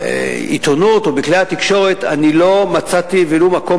שבעיתונות ובכלי התקשורת לא מצאתי ולו במקום